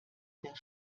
der